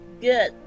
good